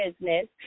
business